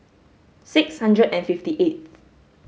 six hundred and fifty eighth